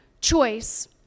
choice